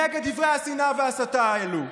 נגד דברי השנאה וההסתה האלה?